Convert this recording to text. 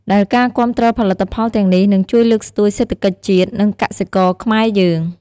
ដែលការគាំទ្រផលិតផលទាំងនេះ នឹងជួយលើកស្ទួយសេដ្ឋកិច្ចជាតិ និងកសិករខ្មែរយើង។